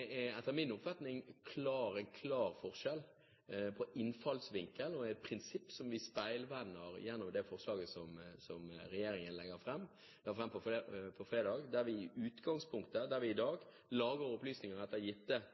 er etter min oppfatning en klar forskjell på innfallsvinkel og prinsipp, som vi speilvender gjennom det forslaget som regjeringen la fram på fredag: fra der vi i dag lagrer opplysninger etter behov og gir tillatelser til den enkelte instans og tar utgangspunkt i